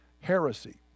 heresy